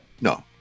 No